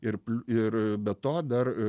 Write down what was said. ir ir be to dar